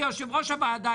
כיושב-ראש הוועדה,